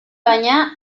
baina